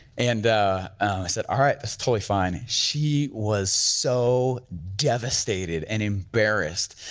and i said, all right, that's totally fine. she was so devastated and embarrassed.